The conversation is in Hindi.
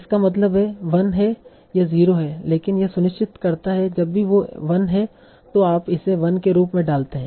इसका मतलब यह 1 है यह 0 है लेकिन यह सुनिश्चित करता है कि जब भी वो 1 है तों आप इसे 1 के रूप में डालते हैं